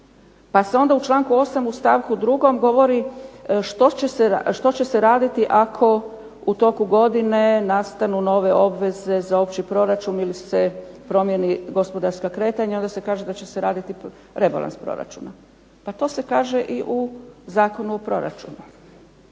pa se onda u članku 8. stavku 2. govori što će se raditi ako u toku godine nastanu nove obveze za opći proračun ili se promijene gospodarska kretanja. Onda se kaže da će se raditi rebalans proračuna. Pa to se kaže i u Zakonu o proračunu.